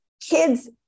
kids